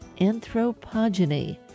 anthropogeny